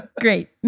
Great